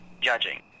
judging